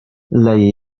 leje